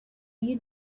you